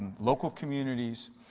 local communities,